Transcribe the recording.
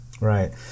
Right